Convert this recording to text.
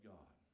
God